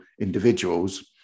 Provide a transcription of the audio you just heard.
individuals